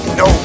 no